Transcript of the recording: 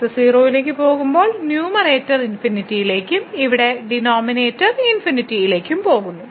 x 0 ലേക്ക് പോകുമ്പോൾ numerator ഇൻഫിനിറ്റിയിലേക്കും ഇവിടെ ഡിനോമിനേറ്റർ ഇൻഫിനിറ്റിയിലേക്കും പോകുന്നു